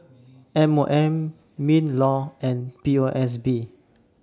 M O M MINLAW and P O S B